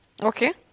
Okay